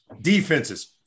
defenses